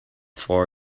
for